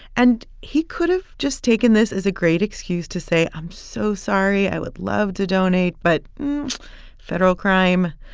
and he could have just taken this as a great excuse to say, i'm so sorry. i would love to donate but federal crime.